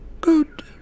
Good